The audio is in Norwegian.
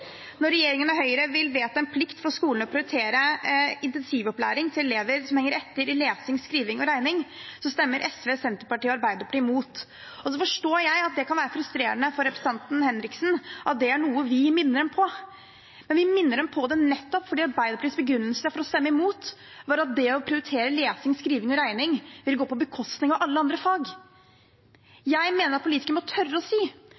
Når regjeringen og Høyre vil vedta en plikt for skolene til å prioritere intensivopplæring til elever som henger etter i lesing, skriving og regning, stemmer SV, Senterpartiet og Arbeiderpartiet imot. Jeg forstår at det kan være frustrerende for representanten Henriksen at det er noe vi minner dem på, men vi minner dem på det nettopp fordi Arbeiderpartiets begrunnelse for å stemme imot, var at det å prioritere lesing, skriving og regning ville gå på bekostning av alle andre fag. Jeg mener at politikere må tørre å si